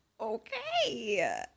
Okay